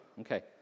Okay